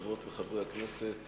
חברות וחברי הכנסת,